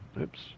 oops